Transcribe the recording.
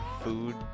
food